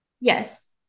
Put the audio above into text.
Yes